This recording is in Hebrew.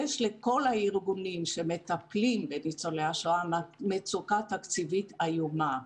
יש לכל הארגונים שמטפלים בניצולי השואה מצוקה תקציבית איומה.